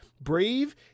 Brave